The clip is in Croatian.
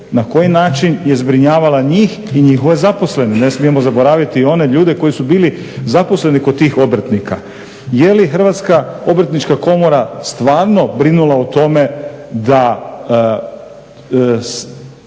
na koji način je zbrinjavala njih i njihove zaposlene. Ne smijemo zaboraviti i one ljude koji su bili zaposleni kod tih obrtnika. Je li Hrvatska obrtnička komora stvarno brinula o tome da